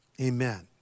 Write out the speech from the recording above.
amen